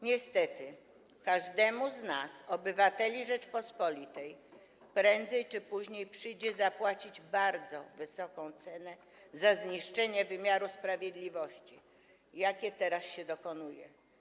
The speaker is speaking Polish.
Niestety każdemu z nas, każdemu z obywateli Rzeczypospolitej prędzej czy później przyjdzie zapłacić bardzo wysoką cenę za zniszczenie wymiaru sprawiedliwości, jakie teraz się dokonuje.